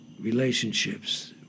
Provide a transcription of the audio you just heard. relationships